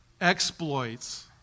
Exploits